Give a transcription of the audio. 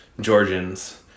Georgians